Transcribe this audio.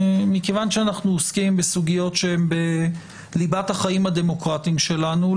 מכיוון שאנחנו עוסקים בסוגיות שהם בליבת החיים הדמוקרטיים שלנו,